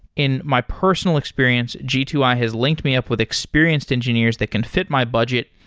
in my personal experience, g two i has linked me up with experienced engineers that can fit my budget,